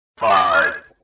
Five